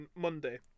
monday